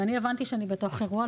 ואני הבנתי שאני בתוך אירוע,